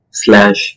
slash